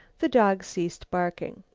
the dog ceased barking.